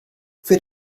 für